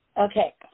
Okay